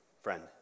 friend